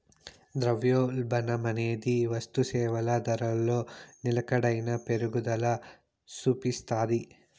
ద్రవ్యోల్బణమనేది వస్తుసేవల ధరలో నిలకడైన పెరుగుదల సూపిస్తాది